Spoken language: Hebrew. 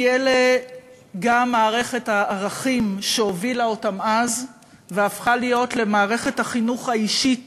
כי זו מערכת הערכים שהובילה אותם אז והפכה להיות מערכת החינוך האישית